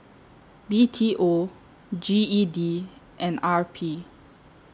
B T O G E D and R P